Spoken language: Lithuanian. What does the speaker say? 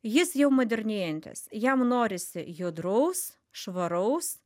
jis jau modernėjantis jam norisi judraus švaraus